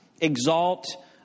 exalt